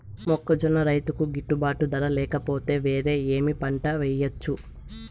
మొక్కజొన్న రైతుకు గిట్టుబాటు ధర లేక పోతే, వేరే ఏమి పంట వెయ్యొచ్చు?